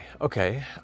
okay